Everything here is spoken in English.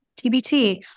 TBT